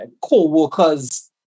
co-workers